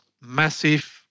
massive